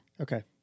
Okay